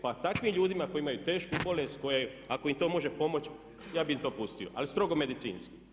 Pa takvim ljudima koji imaju tešku bolest, ako im to može pomoći ja bih im to pustio, ali strogo medicinski.